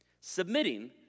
submitting